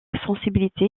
sensibilité